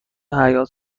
حیاط